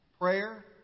prayer